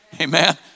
Amen